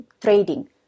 trading